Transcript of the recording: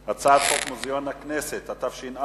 ההצעה להעביר את הצעת חוק מוזיאון הכנסת, התש"ע